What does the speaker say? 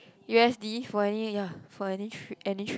U_S_D for any ya for any trip any trip